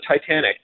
Titanic